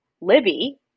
Libby